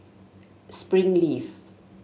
springleaf